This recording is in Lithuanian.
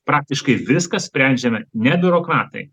praktiškai viską sprendžiame ne biurokratai